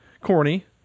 corny